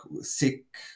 sick